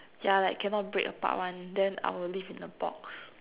yeah like cannot break apart [one] then I will live in a box